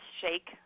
shake